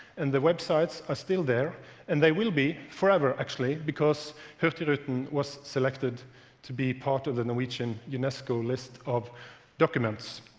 and the websites are still there and they will be forever, actually, because hurtigruten was selected to be part of the norwegian unesco list of documents,